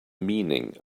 meaning